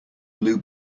blue